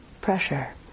pressure